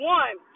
one